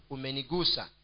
Umenigusa